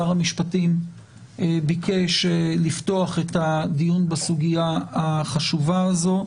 שר המשפטים ביקש לפתוח את הדיון בסוגיה החשובה הזו,